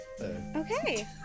Okay